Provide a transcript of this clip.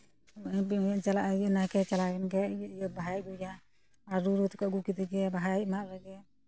ᱵᱤᱵᱷᱤᱱᱱᱚ ᱪᱟᱞᱟᱜ ᱦᱩᱭᱩᱜ ᱱᱟᱭᱠᱮ ᱪᱟᱞᱟᱣᱮᱱ ᱜᱮ ᱤᱭᱟᱹ ᱵᱟᱦᱟᱭ ᱟᱹᱜᱩᱭᱟ ᱟᱨᱚ ᱨᱩ ᱨᱩᱛᱮ ᱠᱚ ᱟᱹᱜᱩ ᱠᱮᱫᱮᱜᱮ ᱵᱟᱦᱟᱭ ᱮᱢᱟᱜ ᱞᱮᱜᱮ